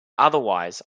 otherwise